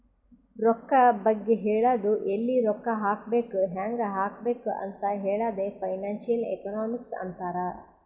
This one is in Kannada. ರೊಕ್ಕಾ ಬಗ್ಗೆ ಹೇಳದು ಎಲ್ಲಿ ರೊಕ್ಕಾ ಹಾಕಬೇಕ ಹ್ಯಾಂಗ್ ಹಾಕಬೇಕ್ ಅಂತ್ ಹೇಳದೆ ಫೈನಾನ್ಸಿಯಲ್ ಎಕನಾಮಿಕ್ಸ್ ಅಂತಾರ್